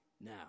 now